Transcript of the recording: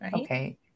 Okay